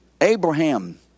Abraham